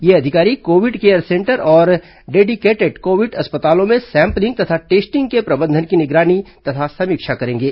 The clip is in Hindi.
ये अधिकारी कोविड केयर सेंटर और डेडिकेटिड कोविड अस्पतालों में सैंपलिंग तथा टेस्टिंग के प्रबंधन की निगरानी तथा समीक्षा करेंगे